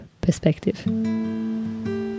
perspective